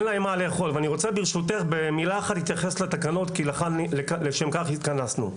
אני רוצה להתייחס במילה אחת לתקנות כי לשם כך התכנסנו.